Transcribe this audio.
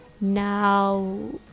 now